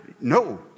No